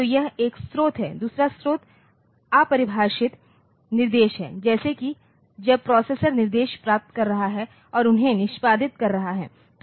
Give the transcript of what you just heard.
तो यह एक स्रोत है दूसरा स्रोत अपरिभाषित निर्देश है जैसे कि जब प्रोसेसर निर्देश प्राप्त कर रहा है और उन्हें निष्पादित कर रहा है